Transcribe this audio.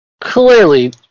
clearly